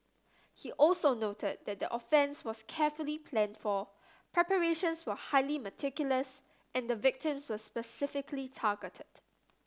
he also noted that the offence was carefully planned for preparations were highly meticulous and the victims were specifically targeted